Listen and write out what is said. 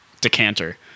decanter